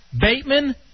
Bateman